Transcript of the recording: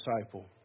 disciple